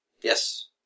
Yes